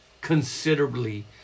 considerably